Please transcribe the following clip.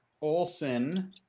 Olson